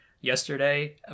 yesterday